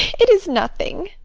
it is nothing.